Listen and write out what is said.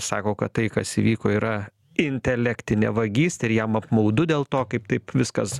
sako kad tai kas įvyko yra intelektinė vagystė ir jam apmaudu dėl to kaip taip viskas